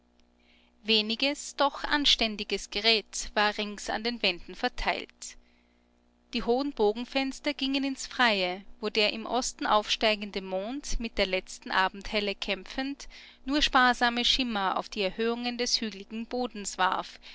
weniges doch anständiges geräte war rings an den wänden verteilt die hohen bogenfenster gingen ins freie wo der in osten aufsteigende mond mit der letzten abendhelle kämpfend nur sparsame schimmer auf die erhöhungen des hüglichten bodens warf